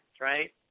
right